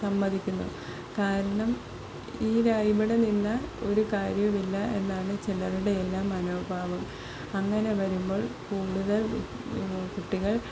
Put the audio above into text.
സമ്മതിക്കുന്നു കാരണം ഈ ഇവിടെ നിന്ന് ഒരു കാര്യമില്ല എന്നാണ് ചിലരുടെ എല്ലാം മനോഭാവം അങ്ങനെ വരുമ്പോൾ കൂടുതൽ കുട്ടികൾ